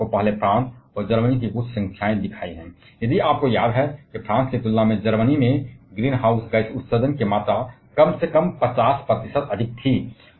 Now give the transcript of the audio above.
मैंने आपको पहले फ्रांस और जर्मनी के लिए कुछ संख्याएँ दिखाई हैं यदि आपको जर्मनी के मामले में याद है तो फ्रांस की तुलना में ग्रीनहाउस गैस उत्सर्जन की मात्रा कम से कम 50 प्रतिशत अधिक थी